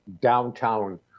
downtown